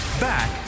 Back